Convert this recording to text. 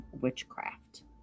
witchcraft